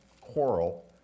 quarrel